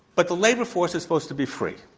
but the labor force is supposed to be free?